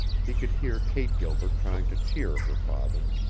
he could hear kate gilbert trying to cheer her father,